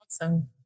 Awesome